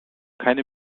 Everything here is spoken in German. keine